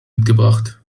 mitgebracht